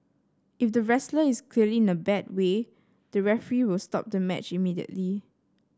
if the wrestler is clearly in a bad way the referee will stop the match immediately